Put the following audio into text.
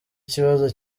ikibazo